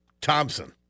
Thompson